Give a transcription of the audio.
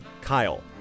Kyle